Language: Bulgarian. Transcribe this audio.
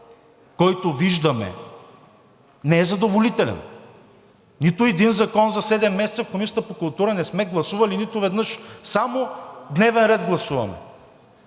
който виждаме, не е задоволителен. Нито един закон за седем месеца Комисията по култура не сме гласували, нито веднъж. Само дневен ред гласуваме,